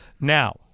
Now